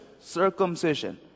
Circumcision